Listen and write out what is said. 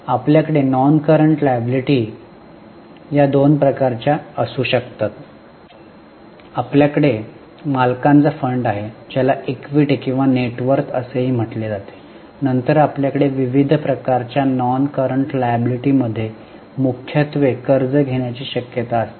आपल्याकडे non current liability या दोन प्रकारची असू शकतात आपल्याकडे मालकांचा फंड आहे ज्याला इक्विटी किंवा नेट वर्थ असेही म्हटले जाते आणि नंतर आपल्याकडे विविध प्रकारच्या नॉन करंट लायबिलिटी मध्ये मुख्यत्वे कर्ज घेण्याची शक्यता असते